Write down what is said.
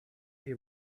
you